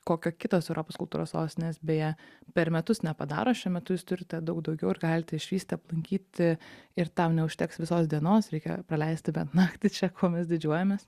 kokio kitos europos kultūros sostinės beje per metus nepadaro šiuo metu jūs turite daug daugiau ir galite išvysti aplankyti ir tam neužteks visos dienos reikia praleisti bent naktį čia kuo mes didžiuojamės